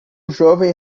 jovem